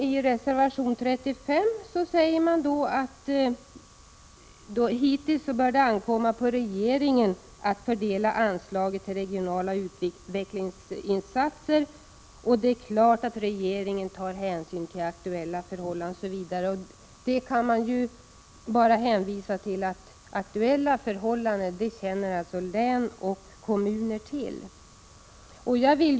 I reservation 35 skriver socialdemokraterna att det liksom hittills bör ankomma på regeringen att fördela anslaget till regionala utvecklingsinsatser, att det är klart att regeringen tar hänsyn till aktuella förhållanden, osv. Det räcker här att hänvisa till att kommuner och län känner till de aktuella förhållandena.